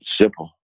simple